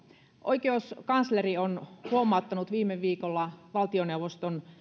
oikeuskansleri on huomauttanut viime viikolla valtioneuvoston